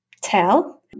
tell